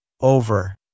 Over